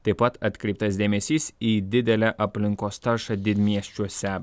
taip pat atkreiptas dėmesys į didelę aplinkos taršą didmiesčiuose